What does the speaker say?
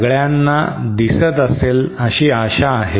सगळ्यांना दिसत असेल अशी आशा आहे